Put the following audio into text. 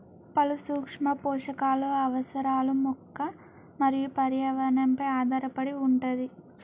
పలు సూక్ష్మ పోషకాలు అవసరాలు మొక్క మరియు పర్యావరణ పై ఆధారపడి వుంటది